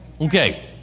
Okay